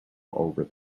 over